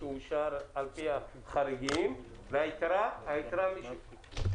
שאושר על פי החריגים והיתרה מי שיאושר,